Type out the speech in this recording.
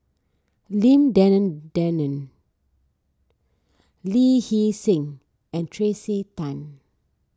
Lim Denan Denon Lee Hee Seng and Tracey Tan